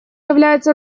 является